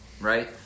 Right